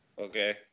Okay